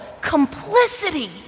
complicity